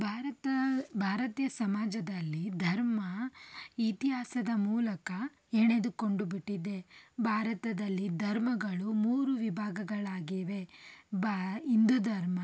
ಭಾರತ ಭಾರತೀಯ ಸಮಾಜದಲ್ಲಿ ಧರ್ಮ ಇತಿಹಾಸದ ಮೂಲಕ ಎಣೆದುಕೊಂಡುಬಿಟ್ಟಿದೆ ಭಾರತದಲ್ಲಿ ಧರ್ಮಗಳು ಮೂರು ವಿಭಾಗಗಳಾಗಿವೆ ಹಿಂದು ಧರ್ಮ